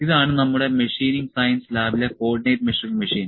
ഇതാണ് നമ്മുടെ machining science ലാബിലെ കോഡിനേറ്റ് മെഷറിംഗ് മെഷീൻ